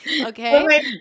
okay